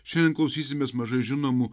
šiandien klausysimės mažai žinomų